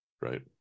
right